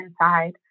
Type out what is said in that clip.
inside